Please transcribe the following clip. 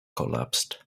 collapsed